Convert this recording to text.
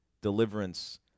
Deliverance